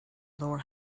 lower